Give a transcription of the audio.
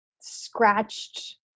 scratched